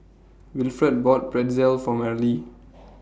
Wilford bought Pretzel For Marlie